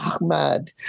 Ahmad